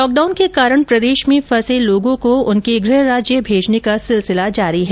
lockdown के कारण प्रदेश में फंसे प्रवासी मजदूरों को उनके गृह राज्य भेजने का सिलसिला जारी है